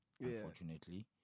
unfortunately